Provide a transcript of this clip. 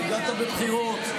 הגעת בבחירות.